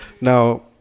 Now